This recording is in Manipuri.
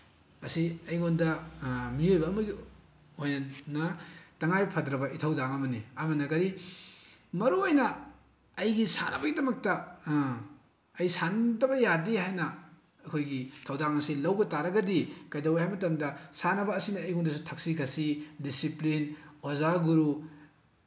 ꯃꯁꯤ ꯑꯩꯉꯣꯟꯗ ꯃꯤꯑꯣꯏꯕ ꯑꯃꯒꯤ ꯑꯣꯏꯅ ꯇꯉꯥꯏꯐꯗ꯭ꯔꯕ ꯏꯊꯧꯗꯥꯡ ꯑꯃꯅꯤ ꯑꯃꯅ ꯀꯔꯤ ꯃꯔꯨꯑꯣꯏꯅ ꯑꯩꯒꯤ ꯁꯥꯟꯅꯕꯒꯤꯗꯃꯛꯇ ꯑꯩ ꯁꯥꯟꯅꯗꯕ ꯌꯥꯗꯦ ꯍꯥꯏꯅ ꯑꯩꯈꯣꯏꯒꯤ ꯊꯧꯗꯥꯡ ꯑꯁꯤ ꯂꯧꯕ ꯇꯥꯔꯒꯗꯤ ꯀꯩꯗꯧꯋꯦ ꯍꯥꯏꯕ ꯃꯇꯝꯗ ꯁꯥꯟꯅꯕ ꯑꯁꯤꯅ ꯑꯩꯉꯣꯟꯗꯁꯨ ꯊꯛꯁꯤ ꯈꯥꯁꯤ ꯗꯤꯁꯤꯄ꯭ꯂꯤꯟ ꯑꯣꯖꯥ ꯒꯨꯔꯨ